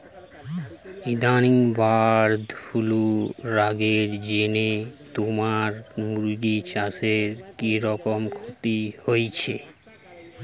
ইদানিং bird flu রগের জিনে তুমার মুরগি চাষে কিরকম ক্ষতি হইচে?